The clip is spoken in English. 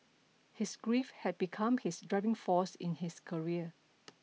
his grief had become his driving force in his career